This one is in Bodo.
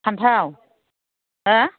फान्थाव हा